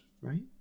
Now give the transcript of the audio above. right